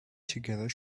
together